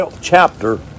chapter